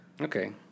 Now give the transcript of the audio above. Okay